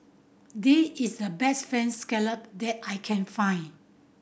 this is the best Fried Scallop that I can find